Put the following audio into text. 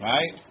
Right